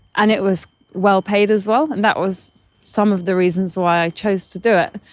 and it was well paid as well, and that was some of the reasons why i chose to do it.